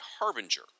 Harbinger